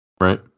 Right